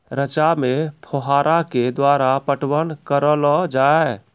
रचा मे फोहारा के द्वारा पटवन करऽ लो जाय?